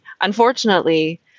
Unfortunately